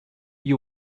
you